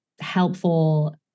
helpful